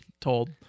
told